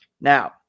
Now